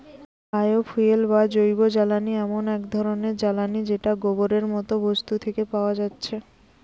bio fuel বা জৈবজ্বালানি এমন এক ধরণের জ্বালানী যেটা গোবরের মতো বস্তু থিকে পায়া যাচ্ছে